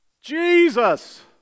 Jesus